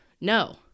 No